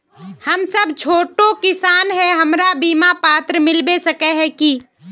हम सब छोटो किसान है हमरा बिमा पात्र मिलबे सके है की?